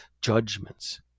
judgments